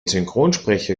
synchronsprecher